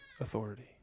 authority